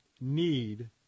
need